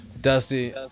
Dusty